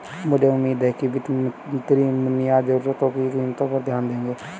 मुझे उम्मीद है कि वित्त मंत्री बुनियादी जरूरतों की कीमतों पर ध्यान देंगे